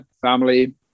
family